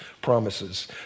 promises